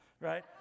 right